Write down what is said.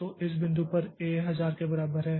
तो इस बिंदु पर A 1000 के बराबर है